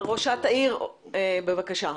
ראשת העיר חיפה, בבקשה.